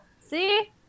See